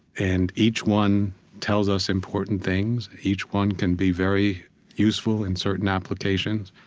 and each one tells us important things. each one can be very useful in certain applications.